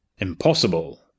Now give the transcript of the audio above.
Impossible